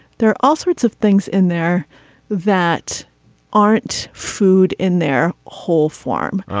there are all sorts of things in there that aren't food in their whole form.